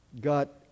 got